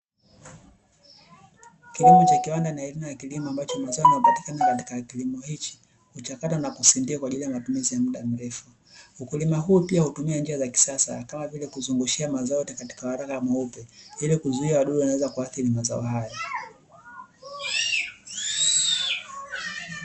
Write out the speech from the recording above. Kilimo cha kiwanda na elimu ya kilimo ambacho mazao yanayopatikana katika kilimo hichi, huchakatwa na kusindikwa kwa ajili ya matumizi ya muda mrefu. Ukulima huo pia hutumia njia za kisasa kama vile kuzungushia mazao katika waraka mweupe ili kuzuia wadudu wanaoweza kuadhiri mazao hayo.